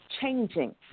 changing